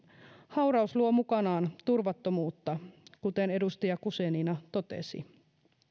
hauraus tuo mukanaan turvattomuutta kuten edustaja guzenina totesi